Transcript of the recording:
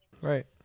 right